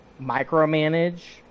micromanage